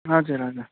हजुर हजुर